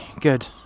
good